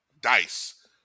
dice